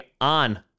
on